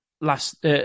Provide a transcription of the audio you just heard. last